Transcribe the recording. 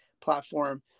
platform